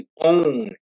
own